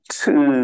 two